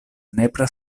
nepra